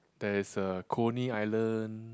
there is a Coney Island